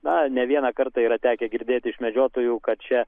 na ne vieną kartą yra tekę girdėti iš medžiotojų kad čia